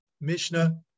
Mishnah